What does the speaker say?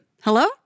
Hello